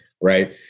Right